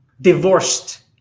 divorced